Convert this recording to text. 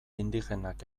indigenak